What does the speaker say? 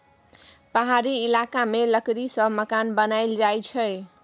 पहाड़ी इलाका मे लकड़ी सँ मकान बनाएल जाई छै